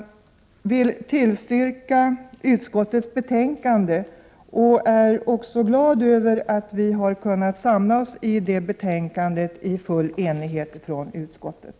Jag vill tillstyrka utskottets hemställan och är glad över att vi i utskottet i detta betänkande har kunnat samla oss till full enighet.